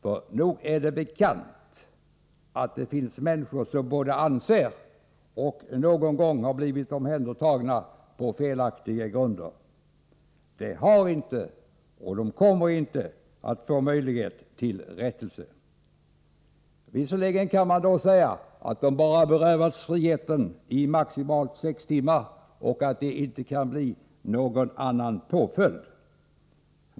För nog är det bekant att det finns människor som både anser att de har blivit och någon gång också har blivit omhändertagna på felaktiga grunder. De har inte och kommer inte att ha möjlighet att få rättelse. Visserligen kan man säga att de bara berövats friheten i maximalt sex timmar och att det inte kan bli någon vidare påföljd.